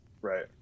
right